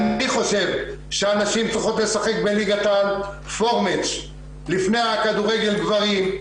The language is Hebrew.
אני חושב שהנשים צריכות לשחק בליגת על לפני כדורגל גברים,